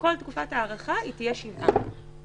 וכל תקופת הערכה תהיה שבעה ימים.